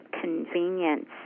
convenience